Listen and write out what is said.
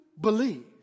believe